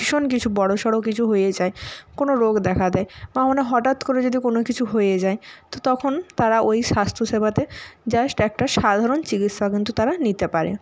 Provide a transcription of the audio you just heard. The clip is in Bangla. ভীষণ কিছু বড় সড় কিছু হয়ে যায় কোনও রোগ দেখা দেয় বা মানে হঠাৎ করে যদি কোনও কিছু হয়ে যায় তো তখন তারা ওই স্বাস্থ্যসেবাতে জাস্ট একটা সাধারণ চিকিৎসা কিন্তু তারা নিতে পারে